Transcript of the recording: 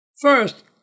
First